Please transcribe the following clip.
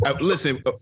listen